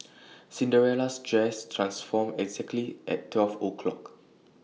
Cinderella's dress transformed exactly at twelve o'clock